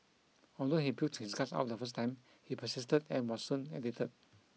although he puked his guts out the first time he persisted and was soon addicted